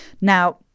Now